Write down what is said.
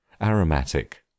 Aromatic